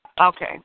Okay